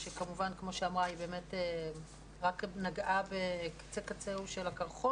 שכמובן כמו שהיא אמרה היא באמת רק נגעה בקצה קצהו של הקרחון,